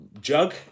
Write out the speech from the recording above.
Jug